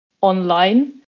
online